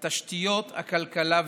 התשתיות, הכלכלה ועוד.